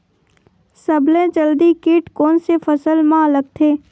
सबले जल्दी कीट कोन से फसल मा लगथे?